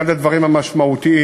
אחד הדברים המשמעותיים.